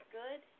good